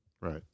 Right